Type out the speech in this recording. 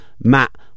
Matt